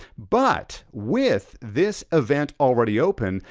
but with this event already open,